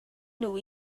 nhw